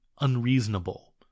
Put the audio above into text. unreasonable